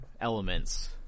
elements